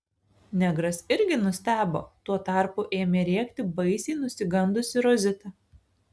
negras irgi nustebo tuo tarpu ėmė rėkti baisiai nusigandusi rozita